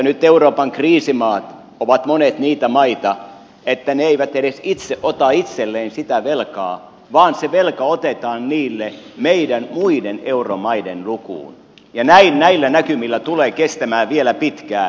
nyt euroopan kriisimaat ovat monet niitä maita että ne eivät edes itse ota itselleen sitä velkaa vaan se velka otetaan niille meidän muiden euromaiden lukuun ja näin näillä näkymillä tulee kestämään vielä pitkään